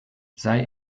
sei